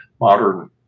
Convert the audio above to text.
modern